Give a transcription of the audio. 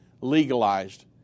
legalized